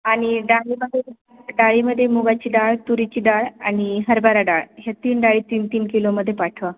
आणि डाळीमध्ये डाळीमध्ये मुगाची डाळ तुरीची डाळ आणि हरभरा डाळ ह्या तीन डाळी तीन तीन किलोमध्ये पाठवा